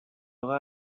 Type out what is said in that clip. اقا